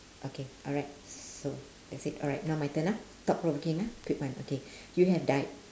okay alright so that's it alright now my turn ah thought provoking ah quick one okay you have died